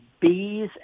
Bees